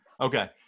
Okay